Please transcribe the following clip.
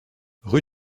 rue